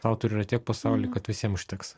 autorių yra tiek pasauly kad visiem užteks